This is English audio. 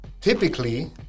typically